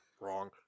Wrong